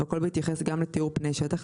והכול בהתייחס גם לתיאור פני שטח,